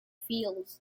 fields